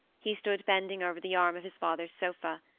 he stood bending over the arm of his father's sofa.